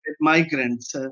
migrants